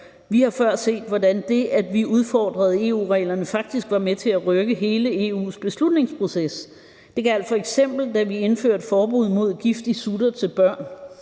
Vi har før set, hvordan det, at vi udfordrede EU-reglerne, faktisk var med til at rykke hele EU's beslutningsproces. Det gjaldt f.eks., da vi indførte forbud mod giftige sutter til børn.